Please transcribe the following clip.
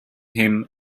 him